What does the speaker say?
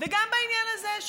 וגם בעניין הזה,